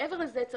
מעבר לזה,